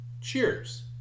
Cheers